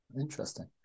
Interesting